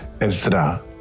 Ezra